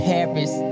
Paris